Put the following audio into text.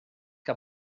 que